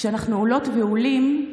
כשאנחנו עולות ועולים,